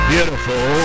Beautiful